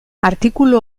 artikulu